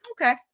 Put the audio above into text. Okay